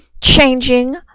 changing